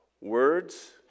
Words